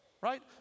Right